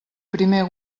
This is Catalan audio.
primer